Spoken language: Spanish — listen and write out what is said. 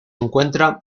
encuentra